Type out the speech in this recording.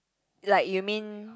like you mean